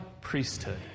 priesthood